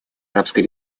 арабской